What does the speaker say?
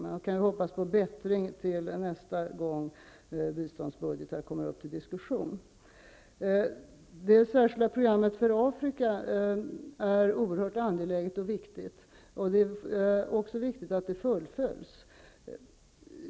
Men jag kan ju hoppas på bättring nästa gång biståndsbudgetar kommer upp till diskussion. Det särskilda programmet för Afrika är oerhört angeläget och viktigt. Det är också viktigt att det fullföljs.